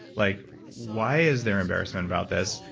like why is there embarrassment about this,